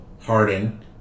Harden